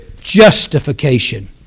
justification